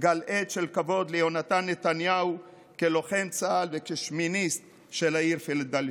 גל-עד של כבוד ליונתן נתניהו כלוחם צה"ל וכשמיניסט של העיר פילדלפיה.